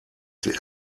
die